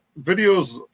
videos